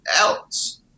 else